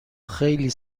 خیلی